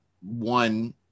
one